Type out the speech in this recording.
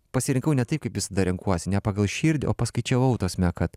pasirinkau ne taip kaip visada renkuosi ne pagal širdį o paskaičiavau tasme kad